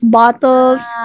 bottles